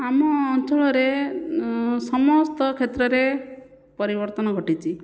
ଆମ ଅଞ୍ଚଳରେ ସମସ୍ତ କ୍ଷେତ୍ରରେ ପରିବର୍ତ୍ତନ ଘଟିଛି